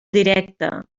directa